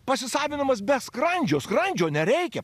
pasisavinamas be skrandžio skrandžio nereikia